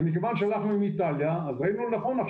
ומכיוון שאנחנו עם איטליה אז ראינו לנכון,